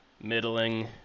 middling